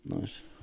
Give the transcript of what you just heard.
Nice